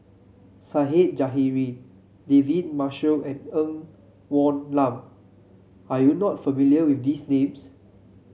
Zahari David Marshall and Ng Woon Lam Are you not familiar with these names